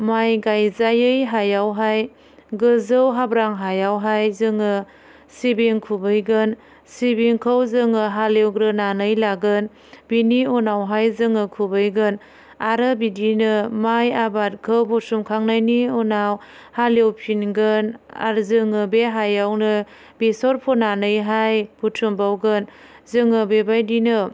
माय गायजायै हायावहाय गोजौ हाब्रा हायावहाय जोङो सिबिं खुबैगोन सिबिंखौ जोङो हाल एवग्रोनानै लागोन बिनि उनावहाय जोङो खुबैगोन आरो बिदियैनो माय आबादखौ बसुंखांनायनि उनाव हाल एवफिनगोन आरो जोङो बे हायावनो बेसर फोनानैहाय बुथुमबावगोन जोङो बेबायदिनो